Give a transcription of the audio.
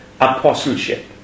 apostleship